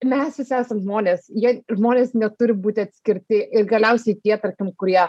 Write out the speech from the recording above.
mes visi esam žmonės jie žmonės neturi būti atskirti ir galiausiai tie tarkim kurie